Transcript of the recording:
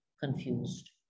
confused